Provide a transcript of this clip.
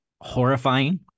horrifying